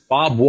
Bob